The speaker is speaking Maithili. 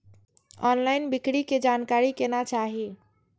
ऑनलईन बिक्री के जानकारी केना चाही?